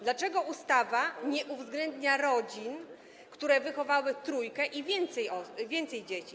Dlaczego ustawa nie uwzględnia rodzin, które wychowały trójkę i więcej dzieci?